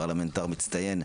אתה פרלמנטר מצטיין,